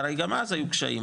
הרי גם אז היו קשיים,